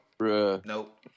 Nope